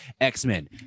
X-Men